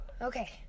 okay